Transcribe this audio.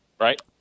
right